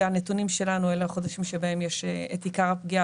הנתונים שלנו אלה החודשים בהם יש את עיקר הפגיעה,